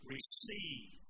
Receive